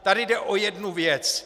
Tady jde o jednu věc.